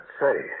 say